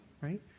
right